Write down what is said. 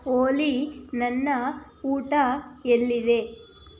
ಓಲಿ ನನ್ನ ಊಟ ಎಲ್ಲಿದೆ